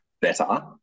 better